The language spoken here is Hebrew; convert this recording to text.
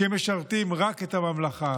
כי הם משרתים רק את הממלכה,